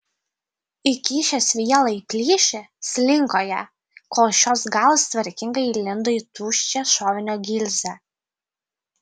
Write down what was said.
įkišęs vielą į plyšį slinko ją kol šios galas tvarkingai įlindo į tuščią šovinio gilzę